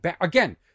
Again